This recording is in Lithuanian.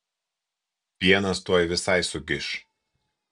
pienas tuoj visai sugiš